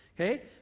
okay